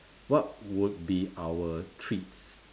what would be our treats